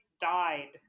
died